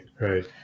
Right